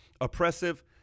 oppressive